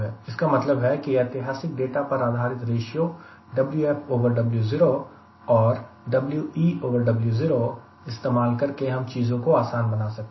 इसका मतलब है की ऐतिहासिक डेटा पर आधारित रेशियो WfWo और WeWo इस्तेमाल करके हम चीजों को आसान बना सकते हैं